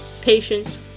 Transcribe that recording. patience